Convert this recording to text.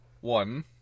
one